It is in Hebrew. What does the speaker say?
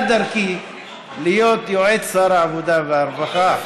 דרכי להיות יועץ שר העבודה והרווחה.